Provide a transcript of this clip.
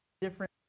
Different